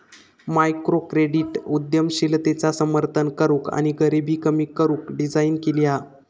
microcredit उद्यमशीलतेचा समर्थन करूक आणि गरीबी कमी करू डिझाईन केली हा